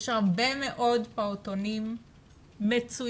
יש הרבה מאוד פעוטונים מצוינים